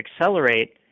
accelerate